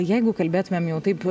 jeigu kalbėtumėm jau taip